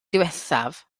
ddiwethaf